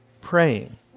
praying